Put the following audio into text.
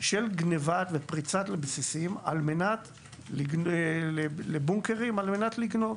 של גנבה ופריצה לבסיסים, לבונקרים, כדי לגנוב.